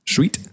Sweet